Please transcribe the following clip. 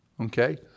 Okay